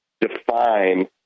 define